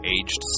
aged